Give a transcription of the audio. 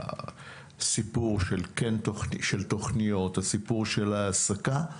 הסיפור של תכניות, הסיפור של העסקה,